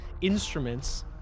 instruments